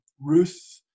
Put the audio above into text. Ruth